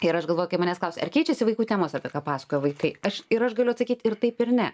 ir aš galvoju kai manęs klausia ar keičiasi vaikų temos apie ką pasakojo vaikai aš ir aš galiu atsakyti ir taip ir ne